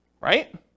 right